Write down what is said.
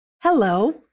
Hello